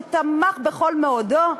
תמך בכל מאודו.